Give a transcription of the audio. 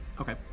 Okay